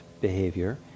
behavior